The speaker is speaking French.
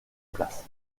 place